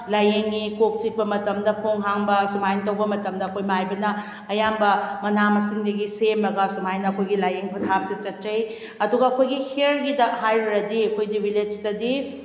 ꯂꯥꯏꯌꯦꯡꯏ ꯀꯣꯛ ꯆꯤꯛꯄ ꯃꯇꯝꯗ ꯈꯣꯡ ꯍꯥꯝꯕ ꯑꯁꯨꯃꯥꯏꯅ ꯇꯧꯕ ꯃꯇꯝꯗ ꯑꯩꯈꯣꯏ ꯃꯥꯏꯕꯅ ꯑꯌꯥꯝꯕ ꯃꯅꯥ ꯃꯁꯤꯡꯗꯒꯤ ꯁꯦꯝꯃꯒ ꯑꯁꯨꯃꯥꯏꯅ ꯑꯩꯈꯣꯏꯒꯤ ꯂꯥꯏꯌꯦꯡ ꯄꯊꯥꯞꯁꯤ ꯆꯠꯆꯩ ꯑꯗꯨꯒ ꯑꯩꯈꯣꯏꯒꯤ ꯍꯤꯌꯔꯒꯤꯗ ꯍꯥꯏꯔꯨꯔꯗꯤ ꯑꯩꯈꯣꯏꯗꯤ ꯚꯤꯂꯦꯖꯇꯗꯤ